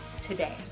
today